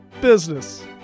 business